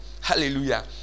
Hallelujah